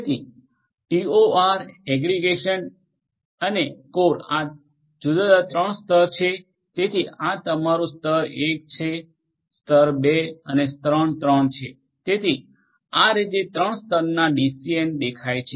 તેથી ટીઓઆર એગ્રિગેશનઅને કોર આ જુદા જુદા 3 સ્તર છે તેથી આ તમારું સ્તર 1 સ્તર 2 અને સ્તર 3 છે તેથી આ રીતે ત્રણ સ્તરના ડીસીએન દેખાય છે